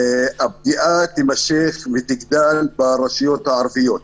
הפגיעה תימשך ותגדל ברשויות הערביות.